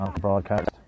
broadcast